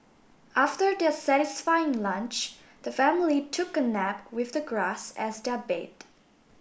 after their satisfying lunch the family took a nap with the grass as their bed